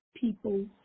people